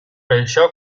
això